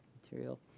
material.